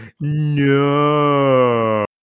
no